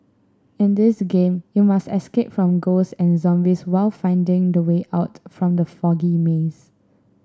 in this game you must escape from ghost and zombies while finding the way out from the foggy maze